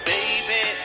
Baby